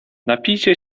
napijcie